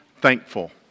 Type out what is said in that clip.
thankful